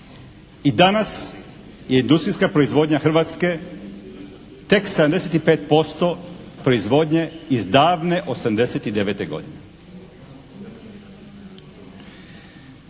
I danas je industrijska proizvodnja Hrvatske tek 75% proizvodnje iz davne '89. godine.